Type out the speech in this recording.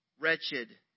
wretched